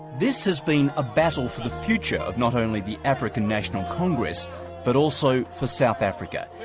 this has been a battle for the future of not only the african national congress but also for south africa,